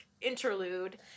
interlude